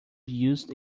used